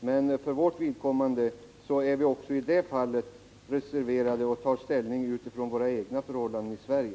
Vi för vår del tar ställning utifrån förhållandena i Sverige.